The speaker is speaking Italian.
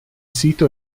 sito